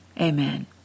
Amen